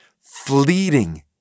fleeting